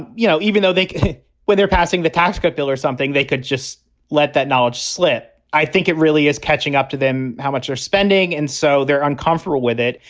you know, even though they were they're passing the tax cut bill or something, they could just let that knowledge slip. i think it really is catching up to them. how much are spending? and so they're uncomfortable with it.